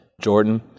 Jordan